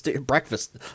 breakfast